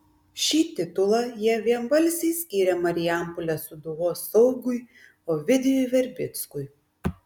šį titulą jie vienbalsiai skyrė marijampolės sūduvos saugui ovidijui verbickui